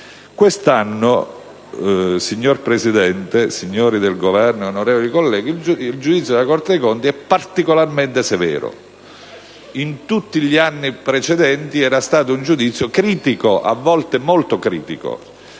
Quest'anno, signor Presidente, signori del Governo e onorevoli colleghi, il giudizio della Corte dei conti è particolarmente severo. In tutti gli anni precedenti era stato un giudizio critico, a volte molto critico,